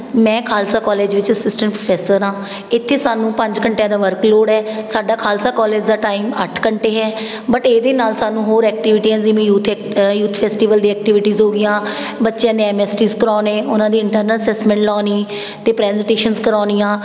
ਮੈਂ ਖਾਲਸਾ ਕੋਲੇਜ ਵਿੱਚ assistant professor ਹਾਂ ਇੱਥੇ ਸਾਨੂੰ ਪੰਜ ਘੰਟਿਆਂ ਦਾ ਵਰਕਲੋਡ ਹੈ ਸਾਡਾ ਖਾਲਸਾ ਕੋਲੇਜ ਦਾ ਟਾਈਮ ਅੱਠ ਘੰਟੇ ਹੈ ਬਟ ਇਹਦੇ ਨਾਲ ਸਾਨੂੰ ਹੋਰ ਐਕਟੀਵਿਟੀਆਂ ਜਿਵੇਂ ਯੂਥ ਐਕਟ ਯੂਥ ਫੈਸਟੀਵਲ ਦੀ ਐਕਟੀਵਿਟੀਜ਼ ਹੋ ਗਈਆਂ ਬੱਚਿਆਂ ਦੇ ਐੱਮ ਐੱਸ ਟੀਜ ਕਰਵਾਉਣੇ ਉਹਨਾਂ ਦੀ ਇੰਟਰਨਲ ਅਸੈਸਮੈਂਟ ਲਾਉਣੀ ਅਤੇ ਪ੍ਰੈਜਟੇਸ਼ਨਸ ਕਰਵਾਉਣੀਆਂ